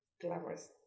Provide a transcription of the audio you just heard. glamorous